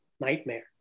nightmare